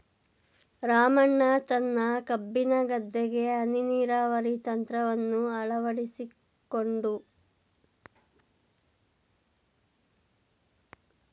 ರಾಮಣ್ಣ ತನ್ನ ಕಬ್ಬಿನ ಗದ್ದೆಗೆ ಹನಿ ನೀರಾವರಿ ತಂತ್ರವನ್ನು ಅಳವಡಿಸಿಕೊಂಡು